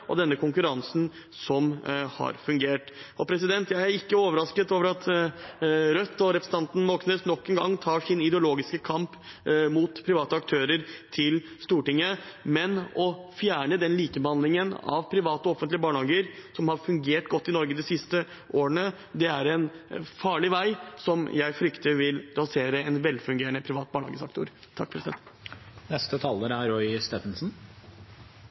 og denne konkurransen som har fungert. Jeg er ikke overrasket over at Rødt og representanten Moxnes nok en gang tar sin ideologiske kamp mot private aktører til Stortinget, men å fjerne den likebehandlingen av private og offentlige barnehager som har fungert godt i Norge de siste årene, er en farlig vei, som jeg frykter vil rasere en velfungerende privat barnehagesektor.